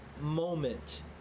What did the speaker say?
moment